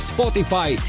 Spotify